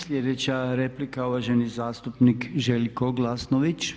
Slijedeća replika uvaženi zastupnik Željko Glasnović.